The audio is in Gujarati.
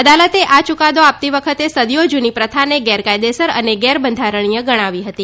અદાલતે આ યૂકાદો આપતી વખતે સદીઓ જૂની પ્રથાને ગેરકાયદેસર અને ગેરબંધારણીય ગણાવી હતી